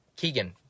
Keegan